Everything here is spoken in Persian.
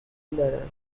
دارم